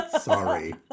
Sorry